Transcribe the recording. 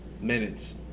minutes